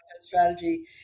strategy